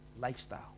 lifestyle